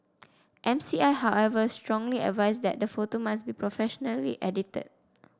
M C I however strongly advised that the photo must be professionally edited